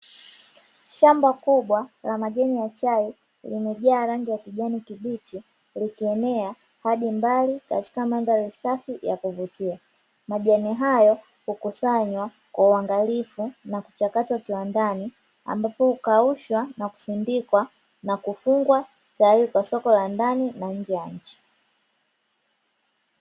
Shamba kubwa la majani ya chai limejaa rangi ya kijani kibichi likienea hadi mbali katika mandhari safi ya kuvutia. Majani hayo hukusanywa kwa uangalifu na kuchakatwa kiwandani ambapo hukaushwa na kusindikwa na kufungwa tayari kwa soko la ndani na nje ya nchi.